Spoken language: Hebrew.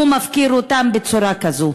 הוא מפקיר אותן בצורה כזאת.